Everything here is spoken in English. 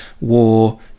War